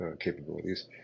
capabilities